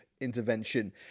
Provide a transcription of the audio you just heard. intervention